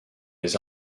les